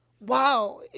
wow